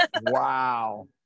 Wow